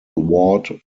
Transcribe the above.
ward